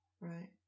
right